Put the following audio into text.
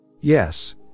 Yes